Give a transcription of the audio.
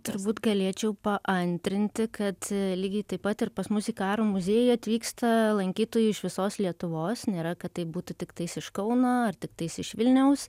turbūt galėčiau paantrinti kad lygiai taip pat ir pas mus į karo muziejų atvyksta lankytojai iš visos lietuvos nėra kad taip būtų tiktais iš kauno ar tiktais iš vilniaus